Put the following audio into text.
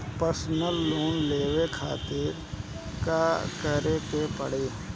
Personal loan लेवे खातिर का करे के पड़ी?